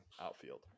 outfield